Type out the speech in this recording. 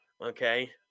Okay